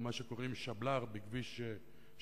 או מה שקוראים שבל"ר: שימוש ברכב ללא רשות הבעלים,